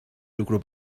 lucro